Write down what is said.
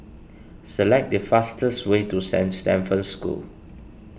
select the fastest way to Saint Stephen's School